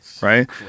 right